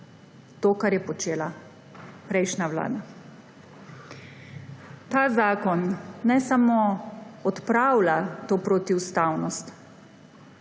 to, kar je počela prejšnja vlada. Ta zakon ne samo odpravlja to protiustavnost,